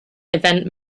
event